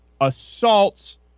assaults